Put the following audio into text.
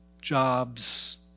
jobs